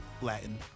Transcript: Latin